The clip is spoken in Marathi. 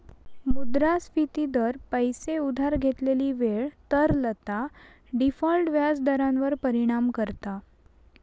मुद्रास्फिती दर, पैशे उधार घेतलेली वेळ, तरलता, डिफॉल्ट व्याज दरांवर परिणाम करता